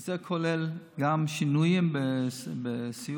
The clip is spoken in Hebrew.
זה כולל גם שינויים בסיעוד,